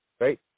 right